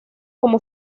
como